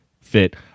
fit